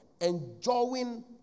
enjoying